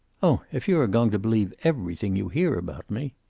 oh, if you are going to believe everything you hear about me?